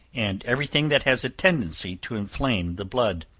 and every thing that has a tendency to inflame the blood.